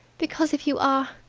because, if you are,